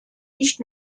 nicht